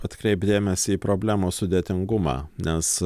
atkreipt dėmesį į problemos sudėtingumą nes